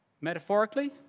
metaphorically